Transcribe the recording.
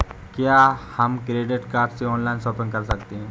क्या हम credit card से ऑनलाइन शॉपिंग कर सकते हैं?